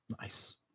Nice